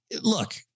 Look